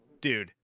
dude